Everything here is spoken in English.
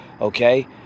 Okay